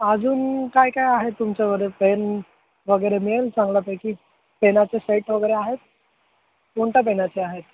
अजून काय काय आहे तुमच्याकडे पेन वगैरे मिळेल चांगल्यापैकी पेनाचे सेट वगैरे आहेत कोणता पेनाचे आहेत